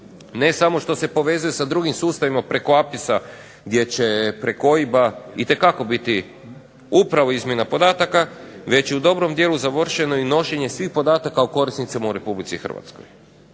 ne samo što se povezuje sa drugim sustavima preko APIS-a gdje će preko OIB-a itekako biti upravo izmjena podataka već i u dobrom dijelu završeno i unošenje svih podataka o korisnicima u RH.